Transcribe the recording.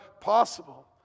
possible